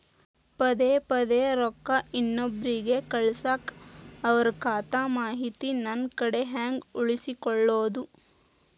ಪದೆ ಪದೇ ರೊಕ್ಕ ಇನ್ನೊಬ್ರಿಗೆ ಕಳಸಾಕ್ ಅವರ ಖಾತಾ ಮಾಹಿತಿ ನನ್ನ ಕಡೆ ಹೆಂಗ್ ಉಳಿಸಿಕೊಳ್ಳೋದು?